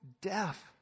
deaf